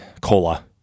cola